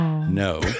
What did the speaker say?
No